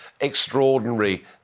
extraordinary